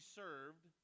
served